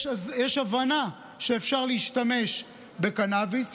יש הבנה שאפשר להשתמש בקנביס.